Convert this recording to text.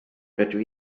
rydw